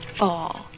fall